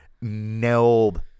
nailed